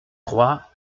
trois